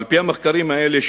על-פי המחקרים האלה,